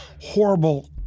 horrible